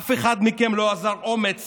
אף אחד מכם לא אזר אומץ